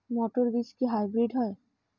মটর বীজ কি হাইব্রিড হয়?